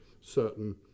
certain